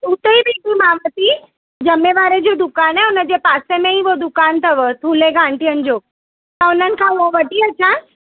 उते पई घुमाव थी ॼमे वारे जो दुकानु आहे उनजे पासे में ई उहो दुकानु अथव थूले गांठियनि जो त उन्हनि खां उहो वठी अचां